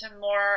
more